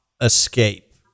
escape